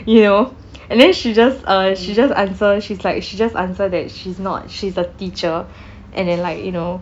you know and then she just uh she just answer she's like she just answer that she's not she's the teacher and then like you know